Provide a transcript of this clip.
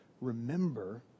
Remember